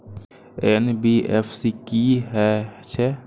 NBFC की हे छे?